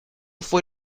fue